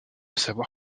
savoir